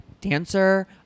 dancer